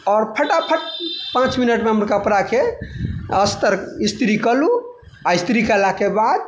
आओर फटाफट पाँच मिनट मे मतलब कपड़ा के अस्तर इस्त्री कऽ लू आ इस्त्री केला के बाद